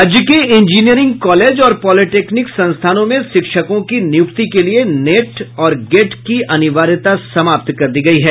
राज्य के engineering college और पॉलिटेक्निक संस्थानों में शिक्षकों की नियुक्ति के लिए नेट और गेट की अनिवार्यता समाप्त कर दी गयी है